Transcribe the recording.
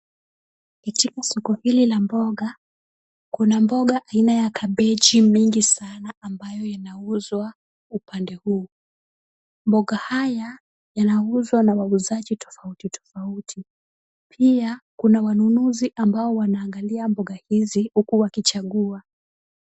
Katika soko hili la mboga, kuna mboga aina ya kabeji mingi sana ambayo inauzwa upande huu. Mboga haya yanauzwa na wauzaji tofauti tofauti pia kuna wanunuzi ambao wanaangalia mboga hizi huku wakichagua.